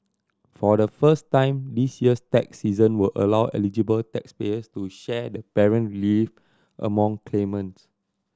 for the first time this year's tax season will allow eligible taxpayers to share the parent relief among claimants